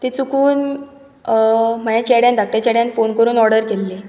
ती चुकून अं म्हाज्या चेड्यान धाकट्या चेड्यान फोन करुन ऑर्डर केल्ली